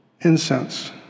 incense